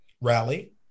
rally